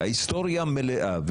ההיסטוריה מלאה.